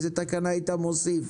איזו תקנה היית מוסיף?